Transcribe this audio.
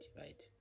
right